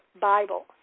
Bible